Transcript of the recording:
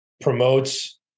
promotes